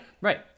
right